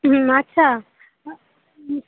আচ্ছা